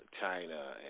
China